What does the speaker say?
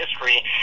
history